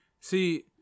see